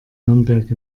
nürnberg